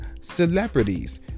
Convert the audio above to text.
celebrities